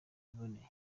iboneye